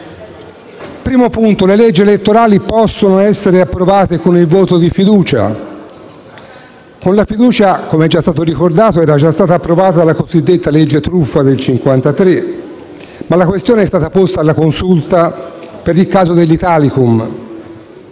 primo punto, le leggi elettorali possono essere approvate con il voto di fiducia? Con la fiducia era già stata approvata la cosiddetta legge truffa nel 1953, ma la questione è stata posta alla Consulta per il caso dell'Italicum,